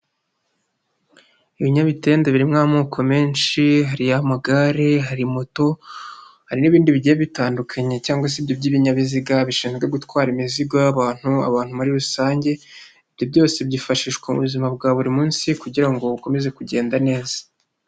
Ibinyamitende birimo amoko menshi: hari amagare, hari moto, hari n'ibindi bigiye bitandukanye cyangwa se ibyo by'ibinyabiziga bishinzwe gutwara imizigo y'abantu, abantu muri rusange; ibyo byose byifashishwa mu buzima bwa buri munsi kugira ngo bukomeze kugenda neza.